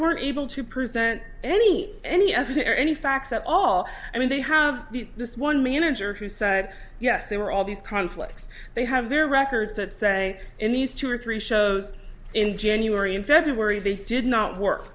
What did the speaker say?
weren't able to present any any of their any facts at all i mean they have this one manager who said yes they were all these conflicts they have their records that say in these two or three shows in january and february they did not work